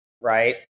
right